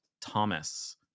Thomas